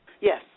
Yes